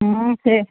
ହଁ ସେ